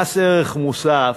שמענו.